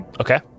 Okay